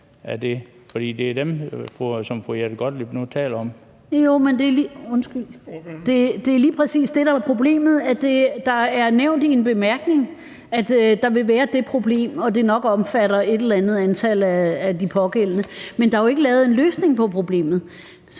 Ordføreren. Kl. 12:59 Jette Gottlieb (EL): Det er lige præcis det, der er problemet, nemlig at det er nævnt i en bemærkning, at der vil være det problem, og at det nok omfatter et eller andet antal af de pågældende, men der er jo ikke lavet en løsning på problemet.